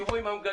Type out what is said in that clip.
שבו עם המגדלים,